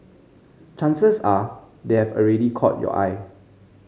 chances are they have already caught your eye